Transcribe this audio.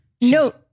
No